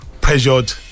pressured